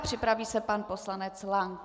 Připraví se pan poslanec Lank.